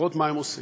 לראות מה הם עושים.